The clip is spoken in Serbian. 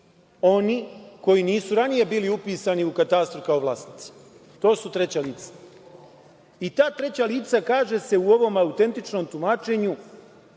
oni koji nisu ranije bili upisani u katastru kao vlasnici. To su treća lica. I ta treća lica, kaže se u ovom autentičnom tumačenju,